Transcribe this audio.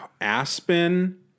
Aspen